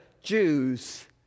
Jews